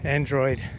Android